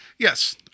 Yes